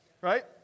Right